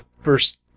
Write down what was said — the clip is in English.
first